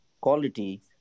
quality